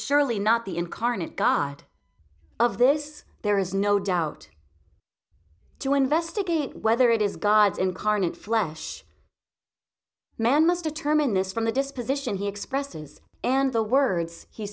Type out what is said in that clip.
surely not the incarnate god of this there is no doubt to investigate whether it is god's incarnate flesh man must determine this from the disposition he expresses and the words he